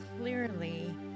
clearly